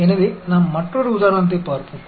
எனவே நாம் மற்றொரு உதாரணத்தைப் பார்ப்போம்